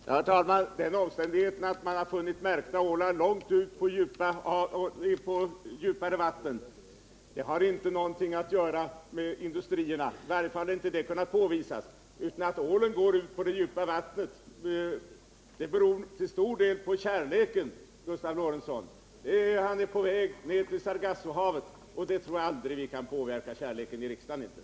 Herr talman! Den omständigheten att man har funnit märkta ålar långt ute på djupare vatten har inte något att göra med enbart industrierna — i varje fall har det inte kunnat bevisas. Att ålen går ut på det djupa vattnet beror nämligen till stor del på kärleken, Gustav Lorentzon, och ålen är då på väg ner till Iekplatserna i Sargassohavet. Jag tror att vi här i riksdagen aldrig kommer att kunna påverka kärleken.